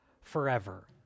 forever